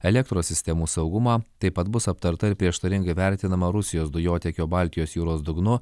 elektros sistemos saugumą taip pat bus aptarta ir prieštaringai vertinama rusijos dujotiekio baltijos jūros dugnu